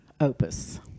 opus